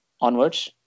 onwards